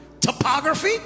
topography